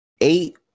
eight